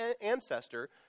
ancestor